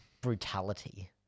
brutality